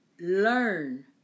learn